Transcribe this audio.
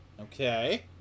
Okay